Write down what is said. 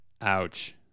ouch